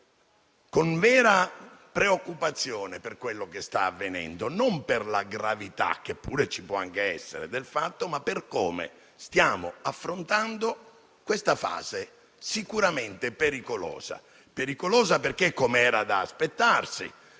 con vera preoccupazione per quello che sta avvenendo: non per la gravità, che pure ci può essere, ma per come stiamo affrontando questa fase sicuramente pericolosa. È pericolosa perché, com'era da aspettarsi,